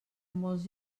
molts